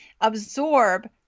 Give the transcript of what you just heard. absorb